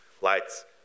lights